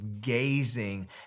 gazing